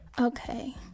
Okay